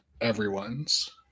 everyone's